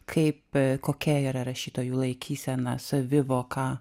kaip kokia yra rašytojų laikysena savivoką